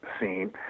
scene